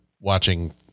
watching